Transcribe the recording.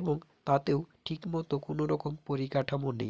এবং তাতেও ঠিকমতো কোনো রকম পরিকাঠামো নেই